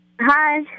Hi